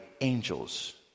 angels